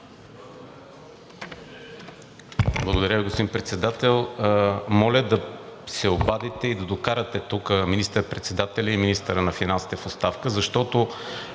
Благодаря, господин Председател. Моля да се обадите и да докарате тук министър-председателя и министъра на финансите в оставка, защото,